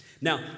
Now